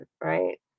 right